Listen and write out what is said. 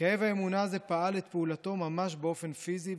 כאב האמונה הזה פעל את פעולתו ממש באופן פיזי,